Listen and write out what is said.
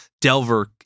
Delver